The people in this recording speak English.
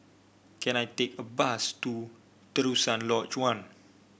can I take a bus to Terusan Lodge One